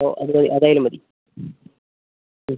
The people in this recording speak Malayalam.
അപ്പോൾ അത് അതായാലും മതി മ്